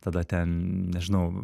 tada ten nežinau